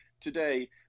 today